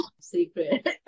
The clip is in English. secret